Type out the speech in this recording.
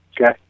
Okay